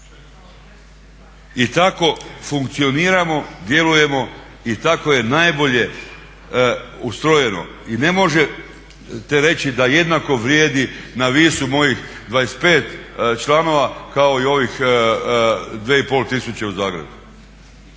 I tako funkcioniramo, djelujemo, i tako je najbolje ustrojeno. I ne možete reći da jednako vrijedi na Visu mojih 25 članova kao i ovih 2,5 tisuće u Zagrebu.